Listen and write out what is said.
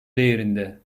değerinde